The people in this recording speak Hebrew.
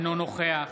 אינו נוכח